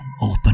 open